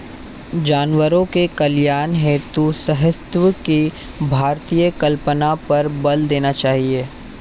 जानवरों के कल्याण हेतु सहअस्तित्व की भारतीय संकल्पना पर बल देना चाहिए